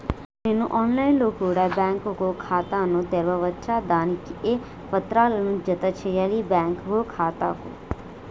నేను online లో కూడా బ్యాంకు ఖాతా ను తెరవ వచ్చా? దానికి ఏ పత్రాలను జత చేయాలి బ్యాంకు ఖాతాకు?